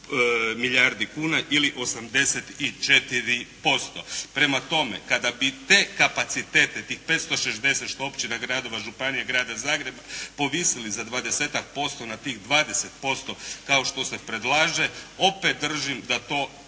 milijardi kuna, ili 84%. Prema tome, kada bi te kapacitete, tih 560 što općina, gradova, županija i grada Zagreba povisili za dvadesetak posto na tih 20% kao što se predlaže, opet držim da to ili